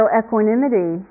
equanimity